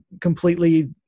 completely